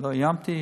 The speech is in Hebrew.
לא איימתי,